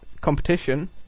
competition